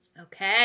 Okay